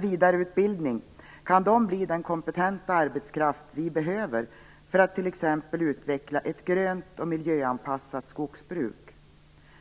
vidareutbildning kan de bli den kompetenta arbetskraft vi behöver för att t.ex. utveckla ett "grönt" och miljöanpassat skogsbruk.